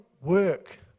work